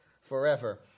forever